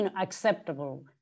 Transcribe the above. acceptable